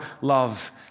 love